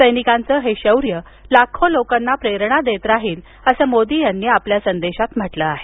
सैनिकांचं हे शौर्य लाखो लोकांना प्रेरणा देत राहील असं मोदी यांनी आपल्या संदेशात म्हटलं आहे